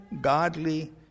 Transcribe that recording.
godly